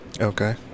Okay